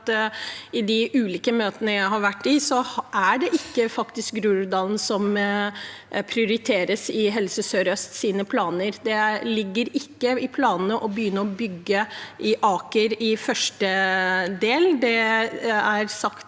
de ulike møtene jeg har vært i, er det faktisk ikke Groruddalen som prioriteres i Helse Sør-Østs planer. Det ligger ikke i planene å begynne å bygge ved Aker i første del. Det er sagt